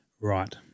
Right